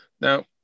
Now